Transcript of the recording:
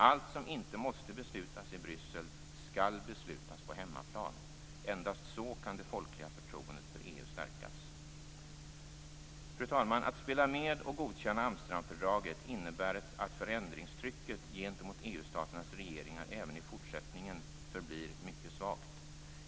Allt som inte måste beslutas i Bryssel skall beslutas på hemmaplan. Endast så kan det folkliga förtroendet för EU stärkas. Fru talman! Att spela med och godkänna Amsterdamfördraget innebär att förändringstrycket gentemot EU-staternas regeringar även i fortsättningen förblir mycket svagt.